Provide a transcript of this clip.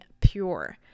pure